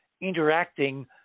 interacting